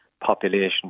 population